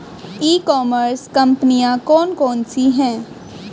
ई commerce कंपनियाँ कौन कौन सी हैं?